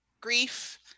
grief